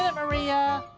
ah maria!